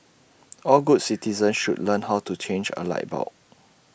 all good citizens should learn how to change A light bulb